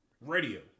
radio